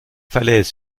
falaises